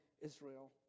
Israel